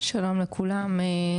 שלום לכולם.